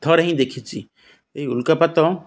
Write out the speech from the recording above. ଥରେ ହିଁ ଦେଖିଛି ଏହି ଉଲ୍କାପାତ